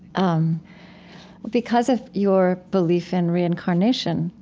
um because of your belief in reincarnation,